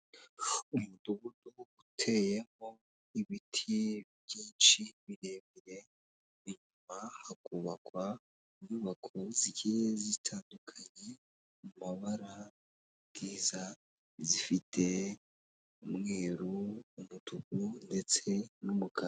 Umudugudu uteyemo ibiti byinshi birebire, inyuma hakubakwa inyubako zigiye zitandukanye mu mabara ubwiza, zifite umweru umutuku ndetse n'umukara.